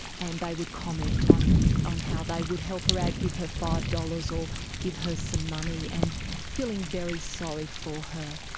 and they would comment on on how they would help her out, give her five dollars or give her some money, and feeling very sorry for her.